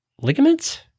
ligaments